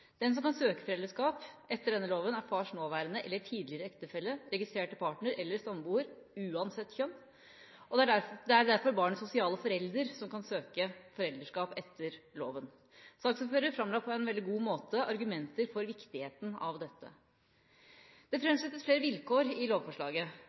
Den som kan søke foreldreskap etter denne loven, er fars nåværende eller tidligere ektefelle, registrerte partner eller samboer – uansett kjønn. Det er derfor barnets sosiale forelder som kan søke foreldreskap etter loven. Saksordføreren framla på en veldig god måte argumenter for viktigheten av dette. Det